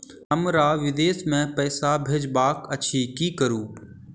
हमरा विदेश मे पैसा भेजबाक अछि की करू?